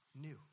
new